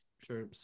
sure